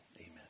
amen